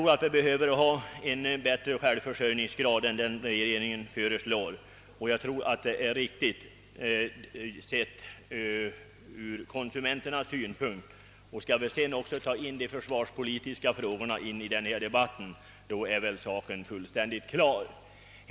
Dem bör vi ej köpa undan dessa. Vår försörjningsgrad måste därför vara högre än regeringen föreslår. Om vi också tar hänsyn till de försvarspolitiska frågorna framstår den saken fullständigt klart.